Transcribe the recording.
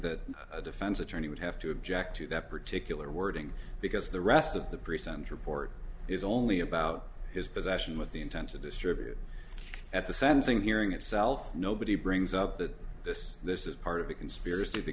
that a defense attorney would have to object to that particular wording because the rest of the pre sent report is only about his possession with the intent to distribute at the sentencing hearing itself nobody brings up that this this is part of a conspiracy